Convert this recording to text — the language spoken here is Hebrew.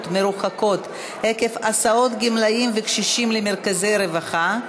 מרוחקות עקב הסעות גמלאים וקשישים למרכזי רווחה,